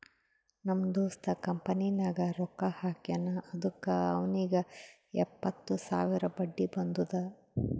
ನಮ್ ದೋಸ್ತ ಕಂಪನಿನಾಗ್ ರೊಕ್ಕಾ ಹಾಕ್ಯಾನ್ ಅದುಕ್ಕ ಅವ್ನಿಗ್ ಎಪ್ಪತ್ತು ಸಾವಿರ ಬಡ್ಡಿ ಬಂದುದ್